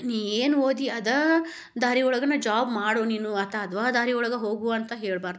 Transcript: ನೀ ಏನು ಓದಿ ಅದಾ ದಾರಿ ಒಳಗೇ ಜಾಬ್ ಮಾಡು ನೀನು ಅಥಾ ಅದಾ ದಾರಿ ಒಳಗೆ ಹೋಗು ಅಂತ ಹೇಳಬಾರ್ದು